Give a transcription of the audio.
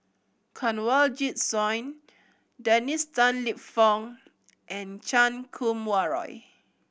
Kanwaljit Soin Dennis Tan Lip Fong and Chan Kum Wah Roy